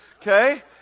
okay